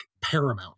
Paramount